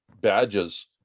badges